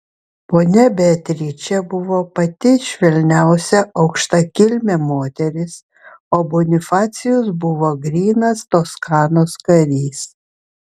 ponia beatričė buvo pati švelniausia aukštakilmė moteris o bonifacijus buvo grynas toskanos karys